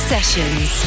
Sessions